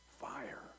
fire